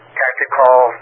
tactical